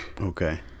okay